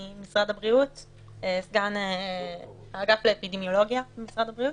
סגן האגף לאפידמיולוגיה במשרד הבריאות.